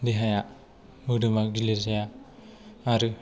देहाया मोदोमआ गिलिर जाया आरो